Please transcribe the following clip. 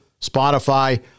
Spotify